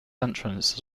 entrance